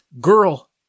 girl